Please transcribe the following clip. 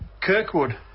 Kirkwood